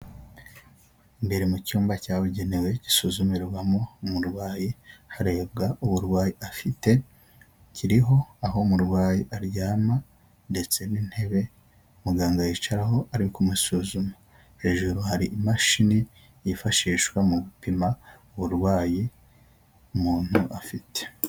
Imbere mu cyumba cyabugenewe gisuzumirwamo umurwayi harebwa uburwayi afite, kiriho aho umurwayi aryama ndetse n'intebe muganga yicaraho ari kumusuzuma, hejuru hari imashini yifashishwa mu gupima uburwayi umuntu afite.